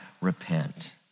repent